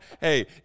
hey